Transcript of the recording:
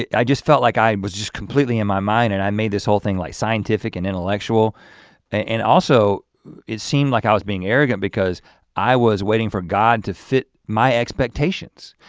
i just felt like i was just completely in my mind and i made this whole thing like scientific and intellectual and also it seemed like i was being arrogant because i was waiting for god to fit my expectations.